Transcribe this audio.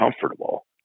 comfortable